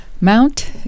Mount